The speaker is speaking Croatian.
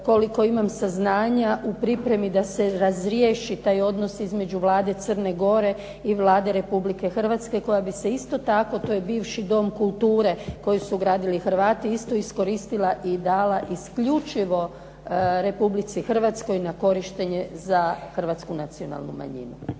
koliko imam saznanja, u pripremi da se razriješi taj odnos između Vlade Crne Gore i Vlade Republike Hrvatske koja bi se isto tako, to je bivši Dom kulture koji su gradili Hrvati, isto iskoristila i dala isključivo Republici Hrvatskoj na korištenje za Hrvatsku nacionalnu manjinu.